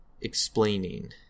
explaining